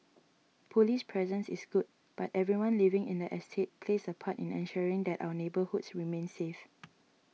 police presence is good but everyone living in the estate plays a part in ensuring that our neighbourhoods remain safe